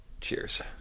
Cheers